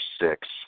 six